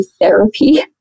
therapy